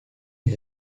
des